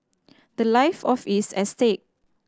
the life of is at stake